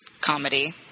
comedy